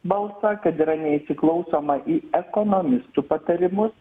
balsą kad yra neįsiklausoma į ekonomistų patarimus